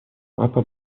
папа